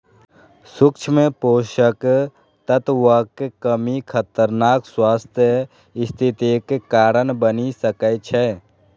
सूक्ष्म पोषक तत्वक कमी खतरनाक स्वास्थ्य स्थितिक कारण बनि सकै छै